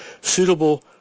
suitable